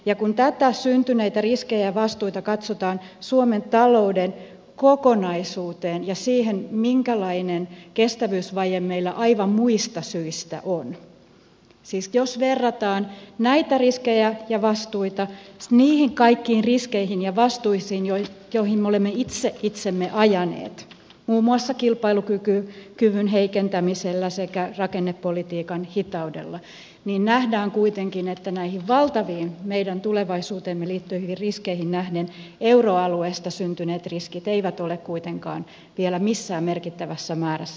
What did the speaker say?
ja kun tätä syntyneitä riskejä ja vastuita katsotaan suomen talouden kokonaisuuteen ja siihen minkälainen kestävyysvaje meillä aivan muista syistä on siis verrataan näitä riskejä ja vastuita niihin kaikkiin riskeihin ja vastuisiin joihin me olemme itse itsemme ajaneet muun muassa kilpailukyvyn heikentämisellä sekä rakennepolitiikan hitaudella niin nähdään kuitenkin että näihin valtaviin meidän tulevaisuuteemme liittyviin riskeihin nähden euroalueesta syntyneet riskit eivät ole kuitenkaan vielä missään merkittävässä määrässä